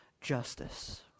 justice